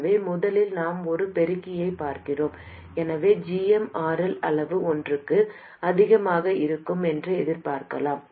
எனவே முதலில் நாம் ஒரு பெருக்கியைப் பார்க்கிறோம் எனவே gmRL அளவு ஒன்றுக்கு அதிகமாக இருக்கும் என்று எதிர்பார்க்கலாம்